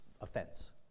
offense